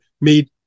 made